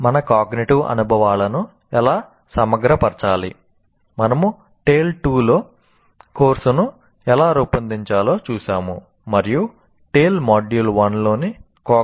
మన కాగ్నిటివ్